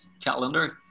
calendar